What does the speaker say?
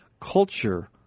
culture